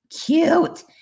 cute